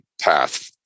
path